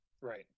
right